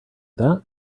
that